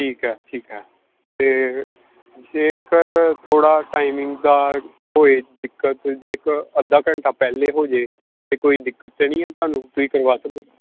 ਠੀਕ ਹੈ ਠੀਕ ਹੈ ਅਤੇ ਜੇਕਰ ਥੋੜ੍ਹਾ ਟਾਈਮਿੰਗ ਦਾ ਹੋਏ ਦਿੱਕਤ ਜੇਕਰ ਅੱਧਾ ਘੰਟਾ ਪਹਿਲੇ ਹੋ ਜਾਏ ਤਾਂ ਕੋਈ ਦਿੱਕਤ ਤਾਂ ਨਹੀਂ ਹੈ ਤੁਹਾਨੂੰ ਤੁਸੀਂ ਕਰਵਾ ਸਕਦੇ ਹੋ